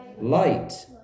light